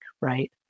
right